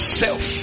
self